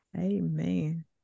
Amen